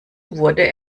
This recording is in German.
wurde